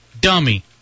dummy